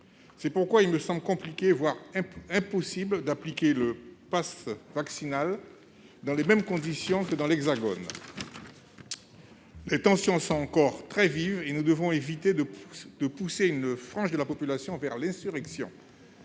C'est pourquoi il me semble compliqué, voire impossible, d'appliquer le passe vaccinal dans les mêmes conditions que dans l'Hexagone. Les tensions sont encore très vives et nous devons éviter de pousser une frange de la population vers l'insurrection.